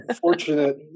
fortunate